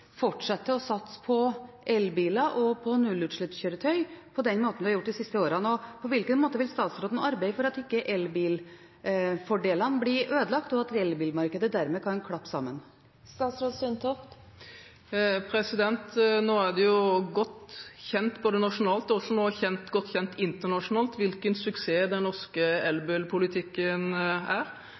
å satse på elbiler og på nullutslippskjøretøy på den måten vi har gjort de siste årene. På hvilken måte vil statsråden arbeide for at ikke elbilfordelene blir ødelagt, og at elbilmarkedet dermed kan klappe sammen? Nå er det jo godt kjent nasjonalt, men nå også godt kjent internasjonalt, hvilken suksess den norske elbilpolitikken er.